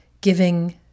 giving